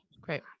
Great